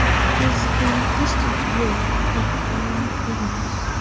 t is the distant roar of iron wheels,